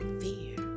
fear